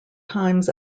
times